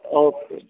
okay